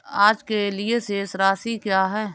आज के लिए शेष राशि क्या है?